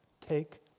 Take